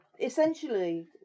Essentially